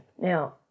Now